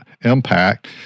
impact